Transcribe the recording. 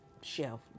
shelf